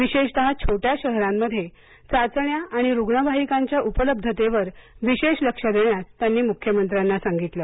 विशेषतः छोट्या शहरांमध्ये चाचण्या आणि रुग्णवाहिकांच्या उपलब्धतेवर विशेष लक्ष देण्यास त्यांनी मुख्यमंत्र्यांना सांगितलं